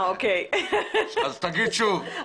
תגיד שוב.